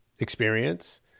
experience